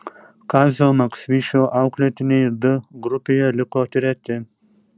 kazio maksvyčio auklėtiniai d grupėje liko treti